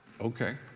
Okay